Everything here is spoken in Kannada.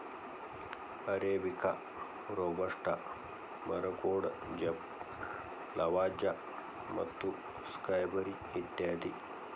ಅರೇಬಿಕಾ, ರೋಬಸ್ಟಾ, ಮರಗೋಡಜೇಪ್, ಲವಾಜ್ಜಾ ಮತ್ತು ಸ್ಕೈಬರಿ ಇತ್ಯಾದಿ